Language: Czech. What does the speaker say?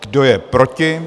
Kdo je proti?